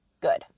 Good